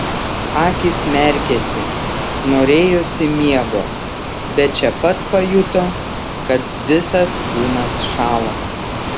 akys merkėsi norėjosi miego bet čia pat pajuto kad visas kūnas šąla